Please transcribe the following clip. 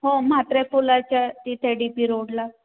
हो म्हात्रे पुलाच्या तिथे डी पी रोडला